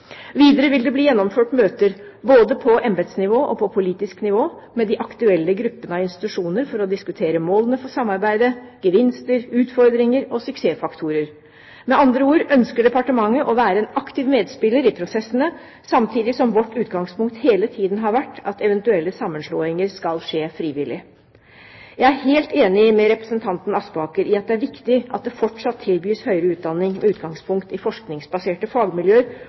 Videre vil det bli gjennomført møter både på embetsnivå og på politisk nivå med de aktuelle gruppene av institusjoner for å diskutere målet for samarbeidet, gevinster, utfordringer og suksessfaktorer. Med andre ord ønsker departementet å være en aktiv medspiller i prosessene, samtidig som vårt utgangspunkt hele tiden har vært at eventuelle sammenslåinger skal skje frivillig. Jeg er helt enig med representanten Aspaker i at det er viktig at det fortsatt tilbys høyere utdanning med utgangspunkt i forskningsbaserte fagmiljøer